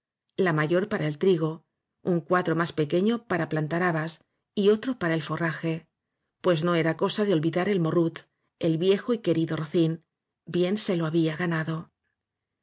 la mayor para el trigo un cuadro más pequeño para plantar habas y otro para el forraje pues no era cosa de olvidar al morrut el viejo y querido rocín bien se lo había ganado